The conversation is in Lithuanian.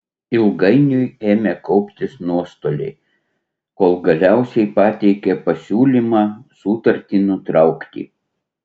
ilgainiui ėmė kauptis nuostoliai kol galiausiai pateikė pasiūlymą sutartį nutraukti